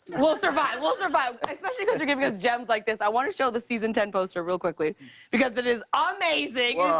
we'll survive. we'll survive. especially cause you're giving us gems like this. i want to show the season ten poster real quickly because it is um amazing.